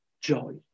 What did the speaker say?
Joy